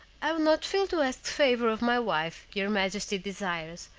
i will not fail to ask the favor of my wife your majesty desires,